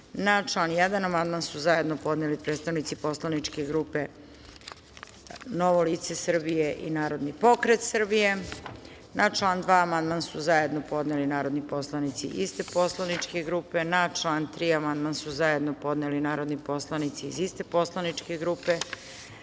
član 1. amandman su zajedno podneli poslanici poslaničke grupe Narodni pokret Srbije – Novo lice Srbije. Na član 2. amandman su zajedno podneli narodni poslanici iste poslaničke grupe. Na član 3. amandman su zajedno podneli narodni poslanici iste poslaničke grupe. Na